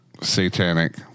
satanic